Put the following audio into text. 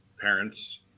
parents